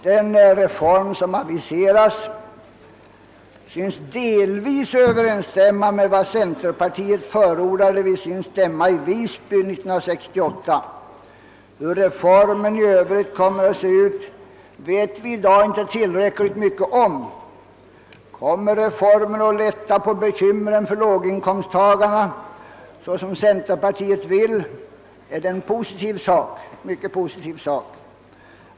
Den reform som aviseras synes delvis överensstämma med vad centerpartiet förordade vid sin stämma i Visby 1968. Hur den i övrigt skall se ut vet vi i dag inte tillräckligt mycket om. Kommer reformen att lätta på bekymren för låginkomsttagarna, såsom <centerpartiet vill, är det en mycket positiv sak.